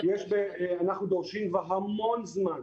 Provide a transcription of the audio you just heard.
אנחנו דורשים כבר המון זמן